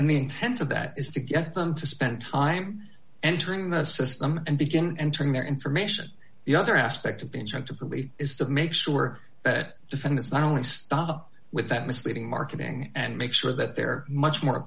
i mean sense of that is to get them to spend time entering the system and begin entering their information the other aspect of being sent to police is to make sure that defendants not only stop with that misleading marketing and make sure that they're much more